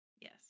yes